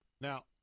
now